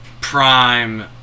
prime